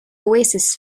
oasis